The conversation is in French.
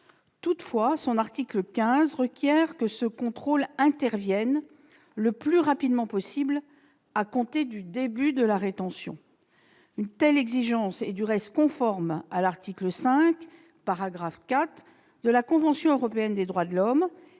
toutefois, son article 15 requiert que ce contrôle intervienne « le plus rapidement possible à compter du début de la rétention ». Une telle exigence est, du reste, conforme au paragraphe 4 de l'article 5 de la convention européenne des droits de l'homme,